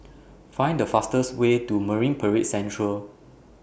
Find The fastest Way to Marine Parade Central